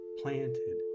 planted